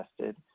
tested